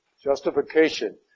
Justification